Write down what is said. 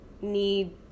need